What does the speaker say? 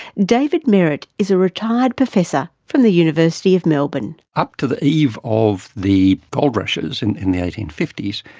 david merrett is a retired professor from the university of melbourne. up to the eve of the gold rushes and in the eighteen fifty s,